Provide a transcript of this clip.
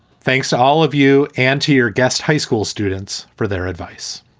thanks to all of you and to your guests, high school students, for their advice